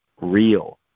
real